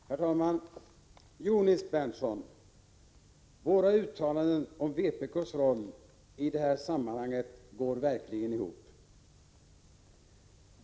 Herr talman! Jo, Nils Berndtson, våra uttalanden om vpk:s roll i det här sammanhanget går verkligen ihop!